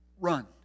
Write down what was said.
Run